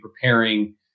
preparing